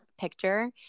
picture